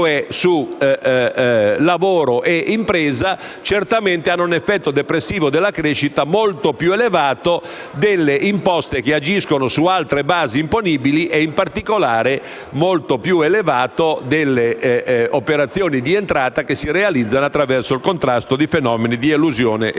sul lavoro e sulla impresa, certamente ha un effetto depressivo della crescita molto più elevato di quello delle imposte che agiscono su altre base imponibili e, in particolare, molto più elevato delle operazioni di entrata che si realizzano attraverso il contrasto di fenomeni di elusione e